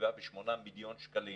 שבעה ושמונה מיליון שקלים